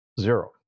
Zero